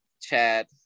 Chad